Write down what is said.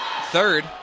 third